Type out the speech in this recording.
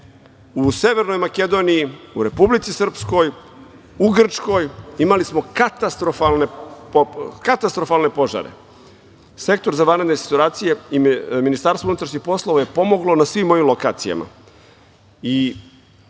Severnoj Makedoniji, u Republici Srpskoj, u Grčkoj, imali smo katastrofalne požare. Sektor za vanredne situacije Ministarstva unutrašnjih poslova je pomogao na svim ovim lokacijama.